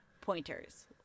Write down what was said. pointers